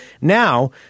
Now